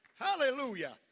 Hallelujah